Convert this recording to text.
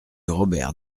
robert